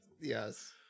Yes